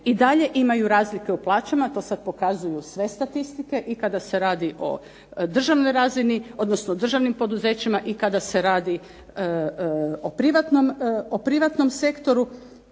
i dalje imaju razlike u plaćama, to sada pokazuju sve statistike i kada se radi o državnoj razini, odnosno državnim poduzećima i kada se radi o privatnom sektoru